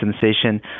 sensation